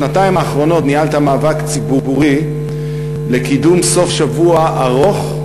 בשנתיים האחרונות ניהלת מאבק ציבורי לקידום סוף שבוע ארוך,